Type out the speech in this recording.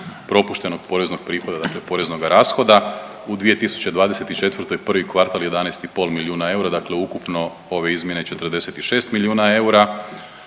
propuštenog poreznog prihoda, dakle poreznoga rashoda. U 2024. prvi kvartal 11,5 milijuna eura, dakle ukupno ove izmjene 46 milijuna eura,